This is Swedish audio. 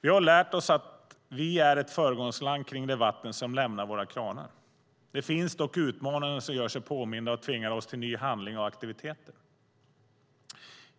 Vi har lärt oss att vi är ett föregångsland när det gäller det vatten som lämnar våra kranar. Det finns dock utmaningar som gör sig påminda och tvingar oss till ny handling och aktiviteter.